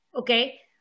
okay